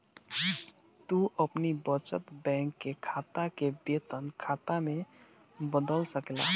तू अपनी बचत बैंक के खाता के वेतन खाता में बदल सकेला